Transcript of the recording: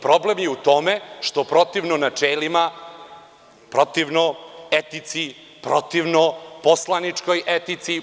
Problem je u tome što protivno načelima, protivno etici, protivno poslaničkoj etici.